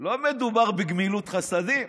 לא מדובר בגמילות חסדים.